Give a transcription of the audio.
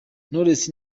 knowless